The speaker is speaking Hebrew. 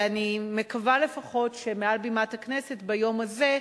אני מקווה, לפחות, שמעל בימת הכנסת, ביום הזה,